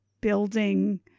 building